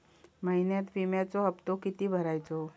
महिन्यात विम्याचो हप्तो किती भरायचो?